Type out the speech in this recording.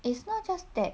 it's not just that